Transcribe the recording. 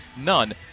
none